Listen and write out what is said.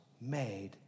made